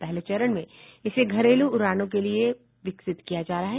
पहले चरण में इसे घरेलू उड़ानों के लिए इसे विकसित किया जा रहा है